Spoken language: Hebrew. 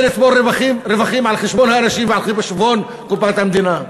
לצבור רווחים על חשבון האנשים ועל חשבון קופת המדינה.